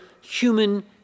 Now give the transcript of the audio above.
human